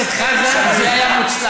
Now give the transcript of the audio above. חבר הכנסת חזן, זה היה מוצלח.